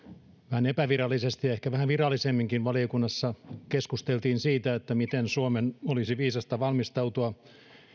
vähän epävirallisesti ja ehkä vähän virallisemminkin valiokunnassa keskusteltiin siitä miten suomen olisi viisasta valmistautua